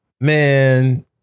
Man